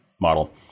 model